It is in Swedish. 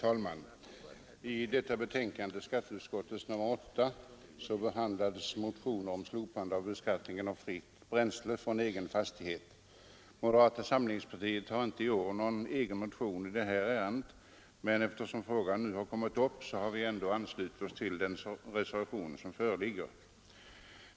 Herr talman! I skatteutskottets betänkande nr 8 behandlas motioner om slopande av beskattning av fritt bränsle från egen fastighet. Moderata samlingspartiet har inte i år någon egen motion i ärendet, men eftersom frågan kommit upp har vi anslutit oss till den reservation som föreligger.